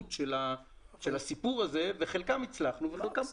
ביעילות הסיפור הזה ובחלק מהמקרים הצלחנו ובחלק פחות.